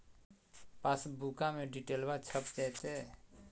पासबुका में डिटेल्बा छप जयते?